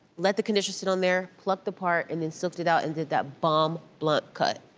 let the conditioner sit on there, plucked the part and then silked it out and did that bomb blunt cut.